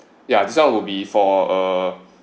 ya this one will be for uh